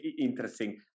interesting